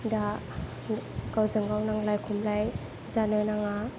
दा गावजों गाव नांलाय खमलाय जानो नाङा